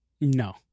No